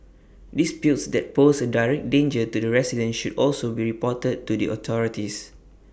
disputes that pose A direct danger to the residents should also be reported to the authorities